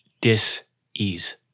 dis-ease